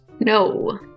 No